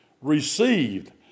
received